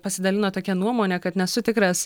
pasidalino tokia nuomone kad nesu tikras